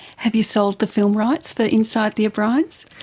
have you sold the film rights for inside the o'briens?